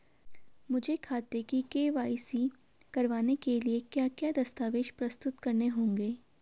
मुझे खाते की के.वाई.सी करवाने के लिए क्या क्या दस्तावेज़ प्रस्तुत करने होंगे?